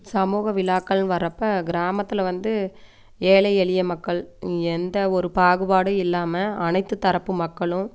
சமூக விழாக்கள்னு வர்றப்போ கிராமத்தில் வந்து ஏழை எளிய மக்கள் எந்த ஒரு பாகுபாடும் இல்லாமல் அனைத்து தரப்பு மக்களும்